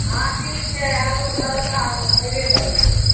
हाँ ठीक छै आलू परौठा लोक खएबे करै छै